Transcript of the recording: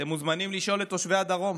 אתם מוזמנים לשאול את תושבי הדרום.